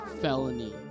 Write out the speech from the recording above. Felony